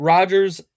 Rogers